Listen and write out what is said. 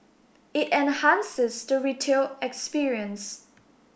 it enhances the retail experience